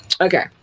Okay